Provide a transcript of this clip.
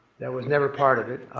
that was never part of it.